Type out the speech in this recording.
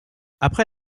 après